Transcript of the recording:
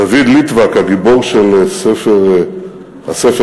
דוד ליטבק, הגיבור של הספר "אלטנוילנד",